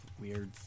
Weird